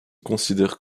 considère